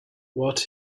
what